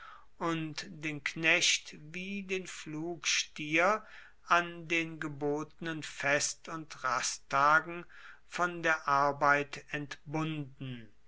und den knecht wie den pflugstier an den gebotenen fest und rasttagen von der arbeit entbunden